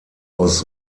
aus